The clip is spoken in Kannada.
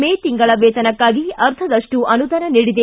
ಮೇ ತಿಂಗಳ ವೇತನಕ್ಕಾಗಿ ಅರ್ಧದಷ್ಟು ಅನುದಾನ ನೀಡಿದೆ